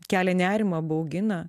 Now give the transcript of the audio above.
kelia nerimą baugina